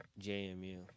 JMU